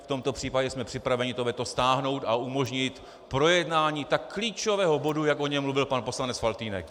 V tomto případě jsme připraveni to veto stáhnout a umožnit projednání tak klíčového bodu, jak o něm mluvil pan poslanec Faltýnek.